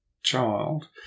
child